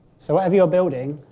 so, whatever you're building,